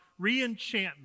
reenchantment